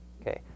okay